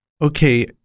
Okay